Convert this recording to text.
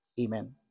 Amen